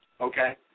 okay